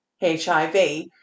hiv